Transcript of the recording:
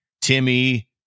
timmy